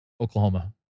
Oklahoma